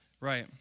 right